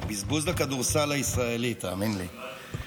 בזבוז לכדורסל הישראלי, תאמין לי.